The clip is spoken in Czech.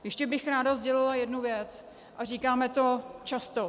Ještě bych ráda sdělila jednu věc, a říkáme to často.